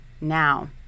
Now